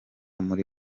muri